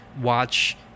watch